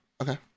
Okay